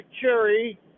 cherry